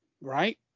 Right